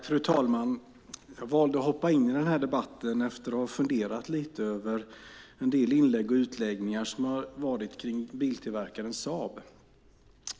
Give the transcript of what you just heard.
Fru talman! Jag valde att hoppa in i debatten efter att ha funderat lite över en del inlägg och utläggningar som har varit kring biltillverkaren Saab.